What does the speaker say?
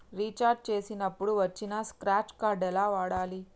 Recharge చేసినప్పుడు వచ్చిన scratch card ఎలా వాడాలి?